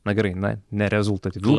na gerai na ne rezultatyvių